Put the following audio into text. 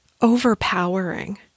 overpowering